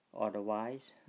otherwise